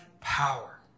power